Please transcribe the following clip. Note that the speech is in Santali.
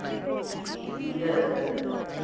ᱢᱤᱫ ᱧᱤᱫᱟᱹ